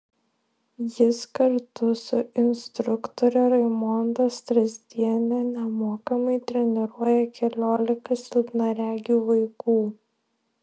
jis kartu su instruktore raimonda strazdiene nemokamai treniruoja keliolika silpnaregių vaikų